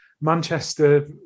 manchester